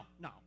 no